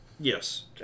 Yes